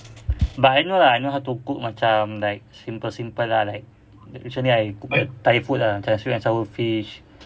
but I know ah I know how to cook macam like simple simple ah like usually I cook thai food ah sweet and sour fish